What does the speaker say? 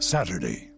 Saturday